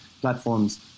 platforms